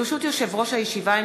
ברשות יושב-ראש הישיבה,